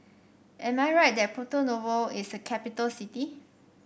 am I right that Porto Novo is a capital city